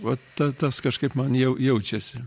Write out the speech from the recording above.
va ta tas kažkaip man jau jaučiasi